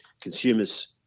consumers